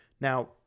Now